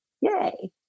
Yay